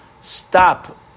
stop